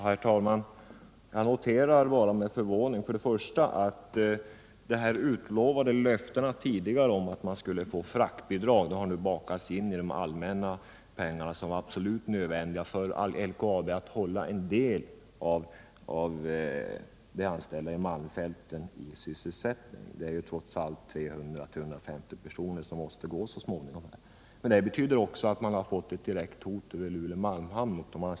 Herr talman! Jag noterar med förvåning att detta som utlovats tidigare —att man skulle få fraktbidrag — nu har bakats in i de allmänna pengar som var absolut nödvändiga för att LKAB skulle hålla en del av de anställda i malmfälten i sysselsättning. Det är ju trots allt 300-350 personer där som förmodligen måste gå så småningom. Det betyder också att man har fått ett direkt hot mot de anställda vid Luleå malmhamn.